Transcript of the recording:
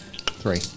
three